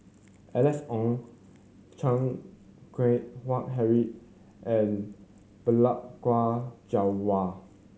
Alice Ong Chan Keng Howe Harry and Balli Kaur Jaswal